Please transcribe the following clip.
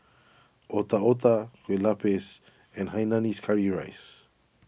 Otak Otak Kue Lupis and Hainanese Curry Rice